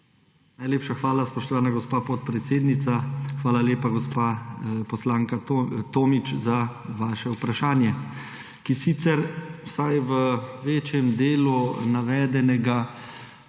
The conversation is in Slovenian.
Najlepša hvala, spoštovana gospa podpredsednica. Hvala lepa, gospa poslanka Tomić, za vaše vprašanje, ki sicer vsaj v večjem delu niti ne